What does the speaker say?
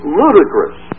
ludicrous